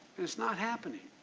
it's not happening.